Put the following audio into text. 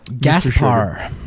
gaspar